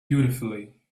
beautifully